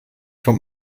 vom